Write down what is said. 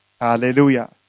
Hallelujah